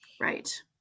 Right